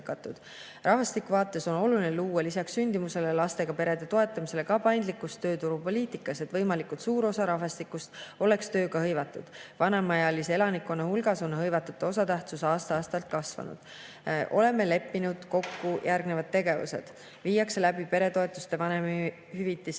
Rahvastiku vaates on oluline luua lisaks sündimuse [toetamisele] ja lastega perede toetamisele ka paindlikkust tööturupoliitikas, et võimalikult suur osa rahvastikust oleks tööga hõivatud. Vanemaealise elanikkonna hulgas on hõivatute osatähtsus aasta-aastalt kasvanud. Oleme leppinud kokku järgnevad tegevused. Viiakse läbi peretoetuste ja vanemahüvitise